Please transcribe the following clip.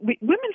women